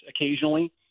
occasionally